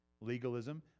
legalism